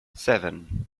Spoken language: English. seven